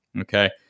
Okay